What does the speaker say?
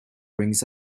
rings